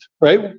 right